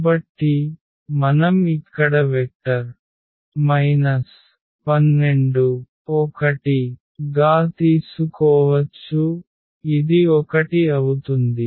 కాబట్టి మనం ఇక్కడ వెక్టర్ 12 1 గా తీసుకోవచ్చు ఇది 1 అవుతుంది